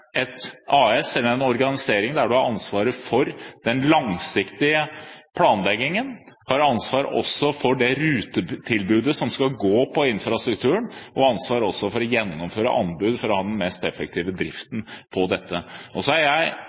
organisering som har ansvaret for den langsiktige planleggingen, for det rutetilbudet som skal gå på infrastrukturen, og for å gjennomføre anbud for å ha den mest effektive driften av dette. Jeg er veldig klar over at det er mange måter å gjøre selve organiseringen på, og det er